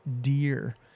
deer